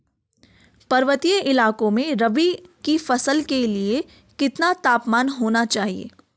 पर्वतीय इलाकों में रबी की फसल के लिए कितना तापमान होना चाहिए?